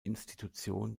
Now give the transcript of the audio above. institution